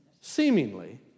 seemingly